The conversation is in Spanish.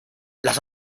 las